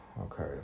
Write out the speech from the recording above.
okay